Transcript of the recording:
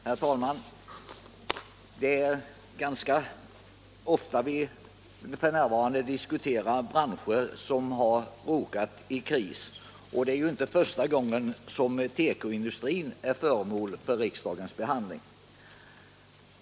Herr talman! Det är ganska ofta vi f. n. diskuterar branscher som har råkat i kris, och det är ju inte första gången som tekoindustrin är föremål för riksdagens behandling.